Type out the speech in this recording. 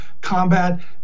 combat